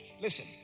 Listen